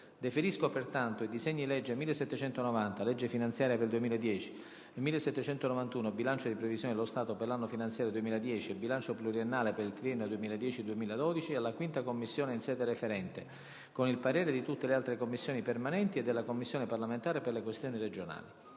Deferisco pertanto i disegni di legge nn. 1790 (legge finanziaria per il 2010) e 1791 (bilancio di previsione dello Stato per l’anno finanziario 2010 e bilancio pluriennale per il triennio 2010-2012) alla 5ª Commissione, in sede referente, con il parere di tutte le altre Commissioni permanenti e della Commissione parlamentare per le questioni regionali.